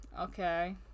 okay